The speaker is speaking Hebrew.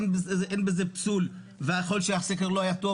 אין בזה פסול, ויכול להיות שהסקר לא היה טוב.